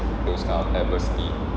those kind of adversity